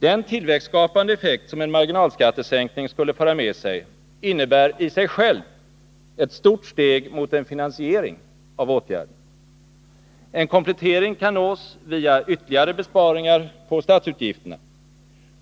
Den tillväxtskapande effekt som en marginalskattesänkning skulle föra med sig innebär i sig själv ett stort steg mot en finansiering av åtgärden. En komplettering kan nås via ytterligare besparingar på statsutgifterna.